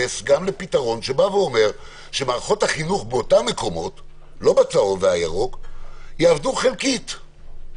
שמערכות החינוך בערים האדומות יעבדו חלקית.